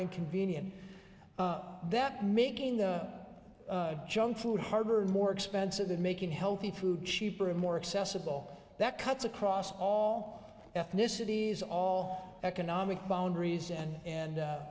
inconvenient that making the junk food harder and more expensive than making healthy food cheaper and more accessible that cuts across all ethnicities all economic boundaries and and